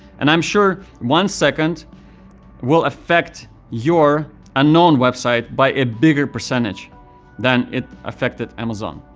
and i'm sure one second will affect your unknown website by a bigger percentage than it affected amazon.